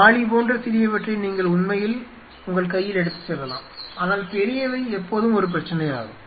வாளி போன்ற சிறியவற்றை நீங்கள் உண்மையில் உங்கள் கையில் எடுத்துச் செல்லலாம் ஆனால் பெரியவை எப்போதும் ஒரு பிரச்சனையாகும்